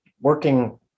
working